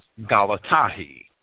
Galatahi